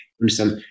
understand